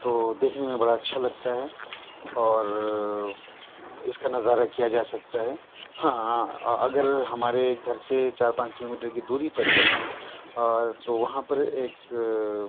تو دیکھنے میں بڑا اچھا لگتا ہے اور اس کا نظارہ کیا جا سکتا ہے ہاں اگر ہمارے گھر سے چار پانچ کلو میٹر کی دوری پر جائیں تو وہاں پر ایک